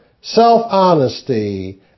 self-honesty